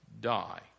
die